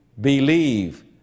believe